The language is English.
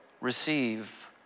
receive